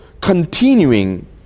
continuing